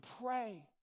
pray